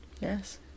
Yes